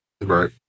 Right